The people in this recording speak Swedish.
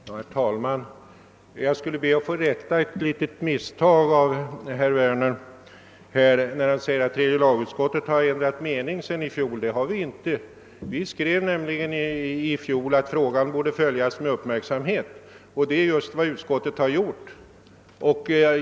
Herr talman! Jag skall be att få rätta till ett misstag herr Werner gjorde sig skyldig till. Han sade att tredje lagutskottet har ändrat mening sedan i fjol. Det har vi inte. Vi skrev nämligen i fjol att frågan borde följas med uppmärksamhet, och det är just vad utskottet har gjort.